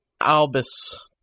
Albus